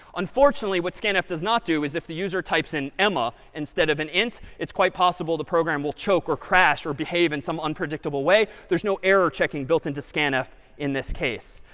unfortunately, what scanf does not do is if the user types in emma instead of an int, it's quite possible the program will choke, or crash, or behave in some unpredictable way. there's no error checking built in to scanf in this case.